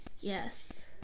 Yes